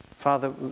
Father